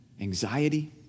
anxiety